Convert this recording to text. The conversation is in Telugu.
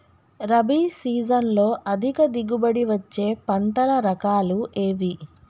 రబీ సీజన్లో అధిక దిగుబడి వచ్చే పంటల రకాలు ఏవి?